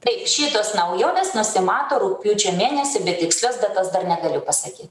taip šitos naujovės nusimato rugpjūčio mėnesį bet tikslios datos dar negaliu pasakyt